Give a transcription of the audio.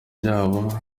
ryabo